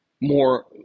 more